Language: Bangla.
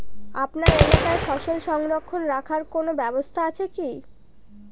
আপনার এলাকায় ফসল সংরক্ষণ রাখার কোন ব্যাবস্থা আছে কি?